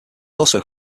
also